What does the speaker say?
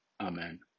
Amen